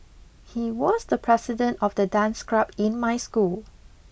he was the president of the dance club in my school